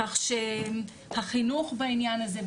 כך שהחינוך בעניין הזה,